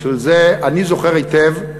בשביל זה אני זוכר היטב,